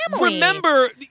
Remember